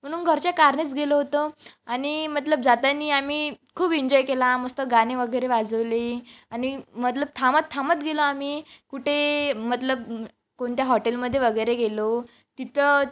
म्हणून घरच्या कारनेच गेलो होतो आणि मतलब जाताना आम्ही खूप एन्जॉय केला मस्त गाणे वगैरे वाजवले आणि मतलब थांबत थांबत गेलो आम्ही कुठे मतलब कोणत्या हॉटेलमध्ये वगैरे गेलो तिथं